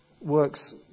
works